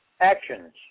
actions